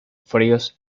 fríos